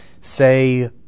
say